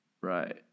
Right